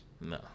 No